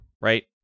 right